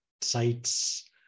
sites